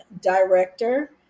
director